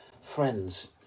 friends